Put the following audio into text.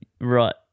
Right